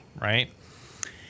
right